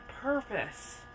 purpose